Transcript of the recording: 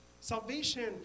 Salvation